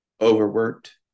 overworked